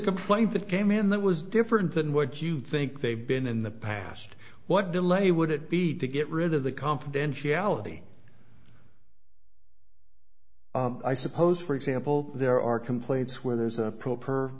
complaint that came in that was different than what you think they've been in the past what delay would it be to get rid of the confidentiality i suppose for example there are complaints where there's a proper